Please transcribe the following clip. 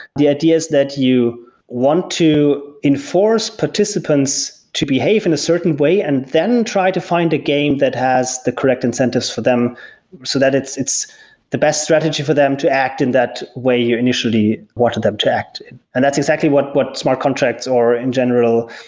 the idea is that you want to enforce participants to behave in a certain way and then try to find a game that has the correct incentives for them so that it's it's the best strategy for them to act in that way you initially wanted them to act and that's exactly what what smart contracts or in general,